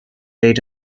aid